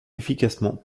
efficacement